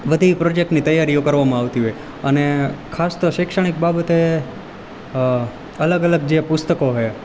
બધી પ્રોજેક્ટની તૈયારીઓ કરવામાં આવતી હોય અને ખાસ તો શૈક્ષણિક બાબતે અલગ અલગ જે પુસ્તકો છે